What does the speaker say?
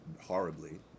horribly